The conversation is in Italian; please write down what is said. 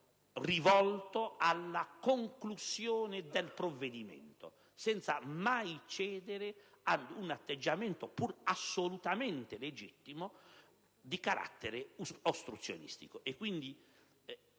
rivolto alla conclusione del provvedimento, senza mai cedere ad un atteggiamento, pur assolutamente legittimo, di carattere ostruzionistico.